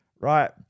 right